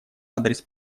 адрес